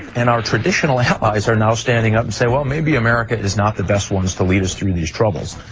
and our traditional allies are now standing up and saying, well, maybe america is not the best ones to lead us through these troubles.